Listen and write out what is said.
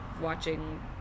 watching